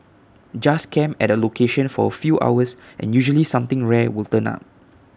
just camp at A location for A few hours and usually something rare will turn up